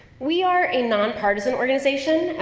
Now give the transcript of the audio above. we are a non-partisan organization.